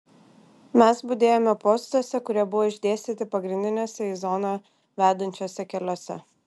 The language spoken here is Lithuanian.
mes budėjome postuose kurie buvo išdėstyti pagrindiniuose į zoną vedančiuose keliuose